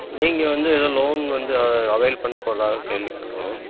நீங்கள் வந்து எதோ லோன் வந்து அ அவைல் பண்ணப் போகறதாக கேள்விப்பட்டோம்